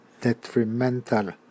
detrimental